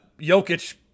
Jokic